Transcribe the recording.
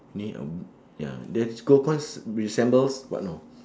need um ya there's gold coins resembles what no